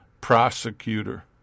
prosecutor